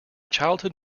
childhood